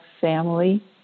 family